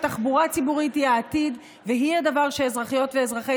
שתחבורה ציבורית היא העתיד והיא הדבר שאזרחיות ואזרחי